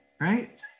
right